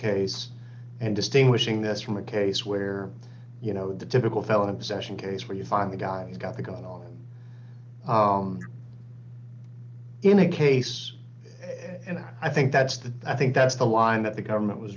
case and distinguishing this from a case where you know the typical felony possession case where you find the guy who got the gun on in a case and i think that's the i think that's the line that the government was